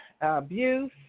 abuse